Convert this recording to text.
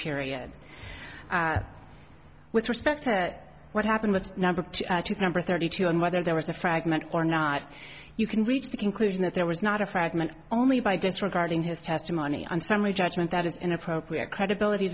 period with respect to what happened with number two or thirty two and whether there was a fragment or not you can reach the conclusion that there was not a fragment only by disregarding his testimony on summary judgment that is inappropriate credibility